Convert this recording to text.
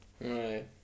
Right